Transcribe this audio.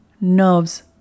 nerves